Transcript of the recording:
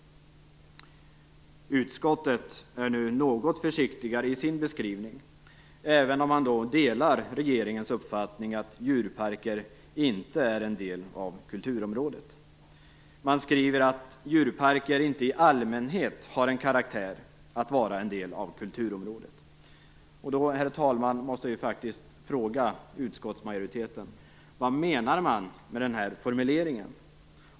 Utskottet är något försiktigare i sin beskrivning även om man instämmer i regeringens uppfattning. Man skriver att djurparker i allmänhet inte har en karaktär att vara en del av kulturområdet. Då, herr talman, måste jag fråga utskottsmajoriteten: Vad menar man med denna formulering?